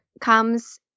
comes